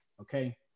Okay